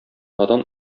надан